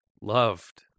loved